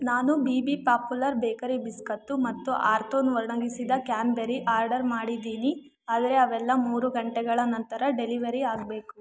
ನಾನು B B popular bakery biscuit ಮತ್ತು ಆರ್ತೋನ್ ಒಣಗಿಸಿದ ಕ್ಯಾನ್ಬೆರಿ ಆರ್ಡರ್ ಮಾಡಿದ್ದೀನಿ ಆದರೆ ಅವೆಲ್ಲ ಮೂರು ಗಂಟೆಗಳ ನಂತರ ಡೆಲಿವರಿ ಆಗಬೇಕು